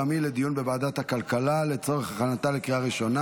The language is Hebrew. לוועדת הכלכלה נתקבלה.